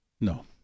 No